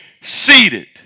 seated